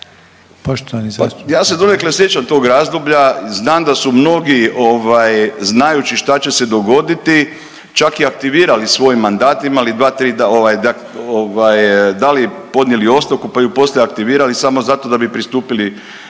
Ja se donekle sjećam tog razdoblja, znam da su mnogi znajući šta će se dogoditi čak i aktivirali svoj mandat, imali dva, tri, da li podnijeli ostavku pa ju poslije aktivirali samo zato da bi pristupili